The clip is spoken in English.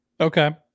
Okay